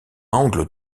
angle